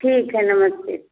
ठीक है नमस्ते